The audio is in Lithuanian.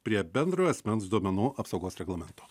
prie bendrojo asmens duomenų apsaugos reglamento